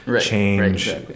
change